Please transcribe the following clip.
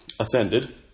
ascended